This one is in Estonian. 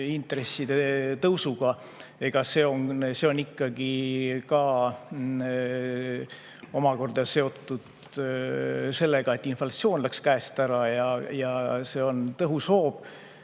intresside tõusuga, on ka omakorda seotud sellega, et inflatsioon läks käest ära. See on tõhus hoob